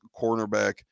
cornerback